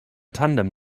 tandem